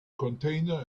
container